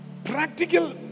Practical